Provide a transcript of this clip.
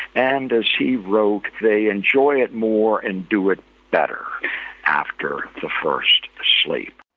and, as he wrote, they enjoy it more and do it better after the first sleep.